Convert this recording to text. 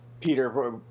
Peter